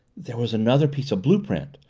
there was another piece of blue-print,